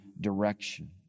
direction